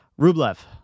rublev